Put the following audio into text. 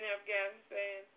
Afghanistan